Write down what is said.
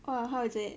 !wah! how is it